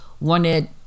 wanted